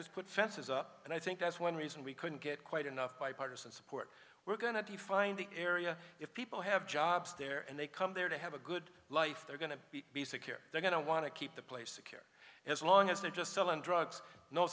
just put fences up and i think that's one reason we couldn't get quite enough bipartisan support we're going to do you find the area if people have jobs there and they come there to have a good life they're going to be secure they're going to want to keep the place secure as long as they're just selling drugs no